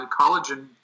collagen